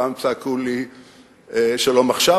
פעם צעקו לי "שלום עכשיו",